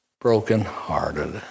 brokenhearted